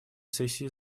сессии